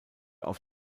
auf